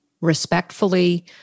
respectfully